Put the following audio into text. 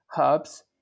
herbs